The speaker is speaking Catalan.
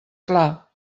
clar